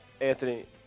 Anthony